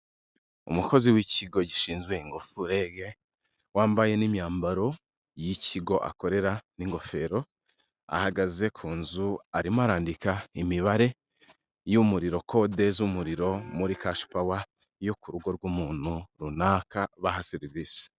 Umukozi w'ikigo gishinzwe ingufu REG, wambaye n'imyambaro y'ikigo akorera n'ingofero, ahagaze ku nzu, arimo arandika imibare y'umuriro, kode z'umuriro muri cashi pawa yo ku rugo rw'umuntu runaka, baha serivisi.